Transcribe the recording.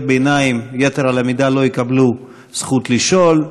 ביניים יתר על המידה לא יקבלו זכות לשאול,